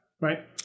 Right